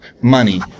money